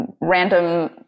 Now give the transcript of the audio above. random